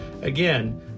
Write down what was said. Again